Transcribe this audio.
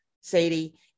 Sadie